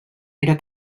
era